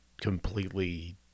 completely